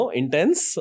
intense